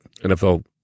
NFL